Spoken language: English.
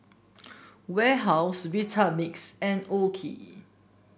Warehouse Vitamix and OKI